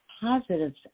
positives